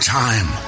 time